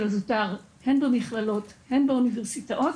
הזוטר הן במכללות והן באוניברסיטאות.